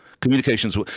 Communications